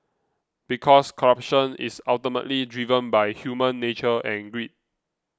because corruption is ultimately driven by human nature and greed